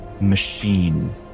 machine